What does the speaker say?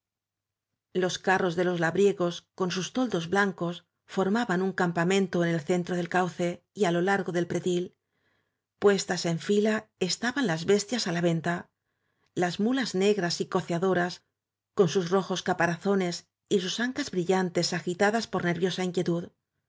los carros de los labriegos con sus toldos blancos formaban un campamento en el centre del cauce y á lo largo del pretil puestas en fila estaban las bestias á la venta las muías negras y coceadoras con sus rojos caparazones y sus ancas brillantes agitadas por nerviosa in